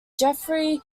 jeffrey